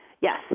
Yes